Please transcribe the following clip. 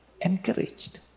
encouraged